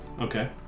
Okay